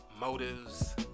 motives